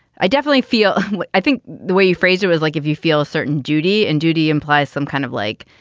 i definitely feel i think the way you phrased it is like if you feel a certain duty and duty implies some kind of like